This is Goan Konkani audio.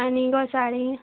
आनी घोसाळीं